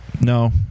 No